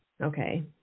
okay